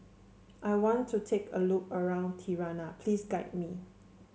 I want to take a look around Tirana please guide me